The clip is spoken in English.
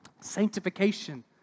sanctification